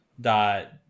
dot